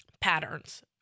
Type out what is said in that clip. patterns